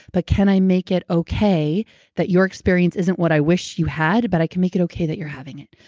but can i make it okay that your experience isn't what i was you had but i can make it okay that you're having it?